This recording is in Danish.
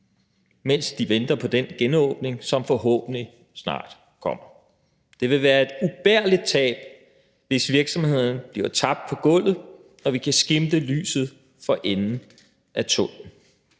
mens de venter på den genåbning, som forhåbentlig snart kommer. Det vil være et ubærligt tab, hvis virksomheden bliver tabt på gulvet, når vi kan skimte lyset for enden af tunnellen.